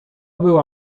była